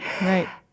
Right